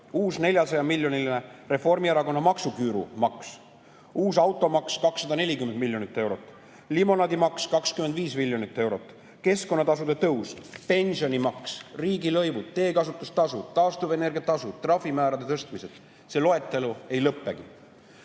Uus 400-miljoniline Reformierakonna maksuküüru maks, uus automaks 240 miljonit eurot, limonaadimaks 25 miljonit eurot, keskkonnatasude tõus, pensionimaks, riigilõivud, teekasutustasu, taastuvenergia tasud, trahvimäärade tõstmised – see loetelu ei lõpegi.